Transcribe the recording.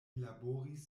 laboris